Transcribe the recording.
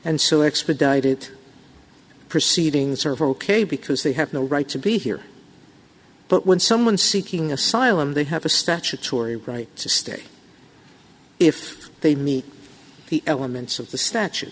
and so expedited proceedings are ok because they have no right to be here but when someone seeking asylum they have a statutory right to stay if they meet the elements of the statu